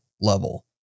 level